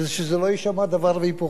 ושזה לא יישמע דבר והיפוכו.